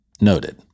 noted